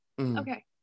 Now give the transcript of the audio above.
okay